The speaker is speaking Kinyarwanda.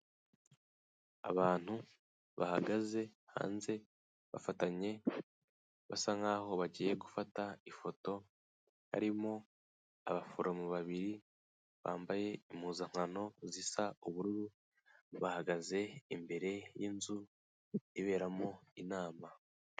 Abantu bahagaze hanze bafatanye basa nkaho bagiye gufata ifoto, harimo abaforomo babiri bambaye impuzankano zisa ubururu bahagaze imbere y'inzu iberamo inama.